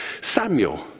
Samuel